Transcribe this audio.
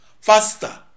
faster